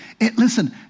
Listen